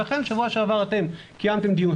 ואכן שבוע שעבר קיימתם דיון,